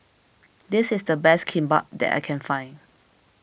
this is the best Kimbap that I can find